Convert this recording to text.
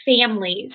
families